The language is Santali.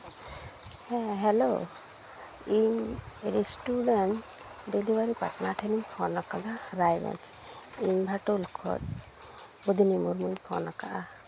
ᱦᱮᱸ ᱦᱮᱞᱳ ᱤᱧ ᱨᱮᱥᱴᱩᱨᱮᱱᱴ ᱰᱮᱞᱤᱵᱷᱟᱨᱤ ᱯᱟᱴᱱᱟᱨ ᱴᱷᱮᱱᱤᱧ ᱯᱷᱳᱱᱟᱠᱟᱫᱟ ᱨᱟᱭᱜᱚᱧᱡ ᱤᱱᱵᱷᱟᱴᱳᱞ ᱠᱷᱚᱡ ᱵᱚᱫᱚᱱᱤ ᱢᱩᱨᱢᱩᱧ ᱯᱷᱳᱱᱟᱠᱟᱫᱼᱟ